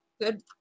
good